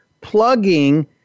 plugging